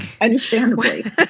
Understandably